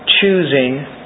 choosing